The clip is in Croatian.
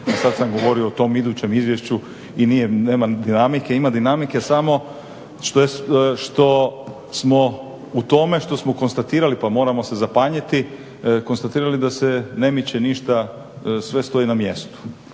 sada sam govorio o tom idućem izvješću i nema dinamike. Ima dinamike samo što smo, u tome, što smo konstatirali pa moramo se zapanjiti, konstatirali da se ne miće ništa, sve stoji na mjestu.